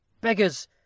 beggars